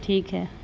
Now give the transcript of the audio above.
ٹھیک ہے